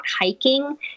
hiking